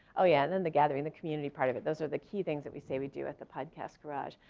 ah yeah, and then the gathering, the community part of it. those are the key things that we say we do at the podcast garage.